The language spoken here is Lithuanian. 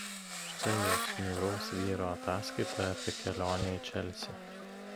štai jos niūraus vyro ataskaita apie kelionę į čelsį